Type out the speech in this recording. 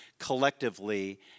collectively